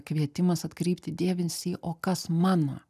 kvietimas atkreipti dėmesį o kas mano